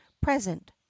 present